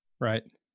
Right